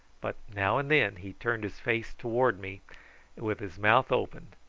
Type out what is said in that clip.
but now and then he turned his face towards me with his mouth open,